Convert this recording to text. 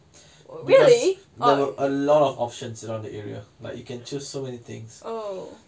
because there were a lot of options around the area like you can choose so many things